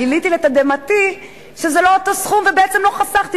גיליתי לתדהמתי שזה לא אותו סכום ובעצם לא חסכתי,